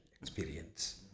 experience